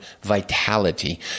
vitality